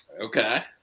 Okay